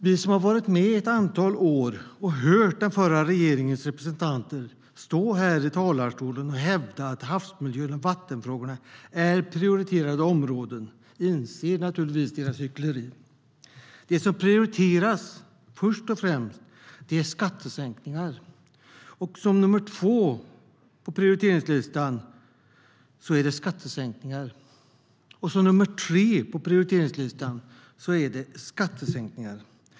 Vi som har varit med ett antal år och hört den förra regeringens representanter stå här i talarstolen och hävda att havsmiljön och vattenfrågorna är prioriterade områden, vi inser deras hyckleri. Det som prioriterades var först och främst skattesänkningar. Nummer två på prioriteringslistan var skattesänkningar. Nummer tre på prioriteringslistan var skattesänkningar.